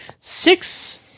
six –